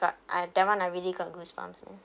got I that one I really got goosebumps you know